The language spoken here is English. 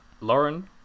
Lauren